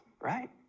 right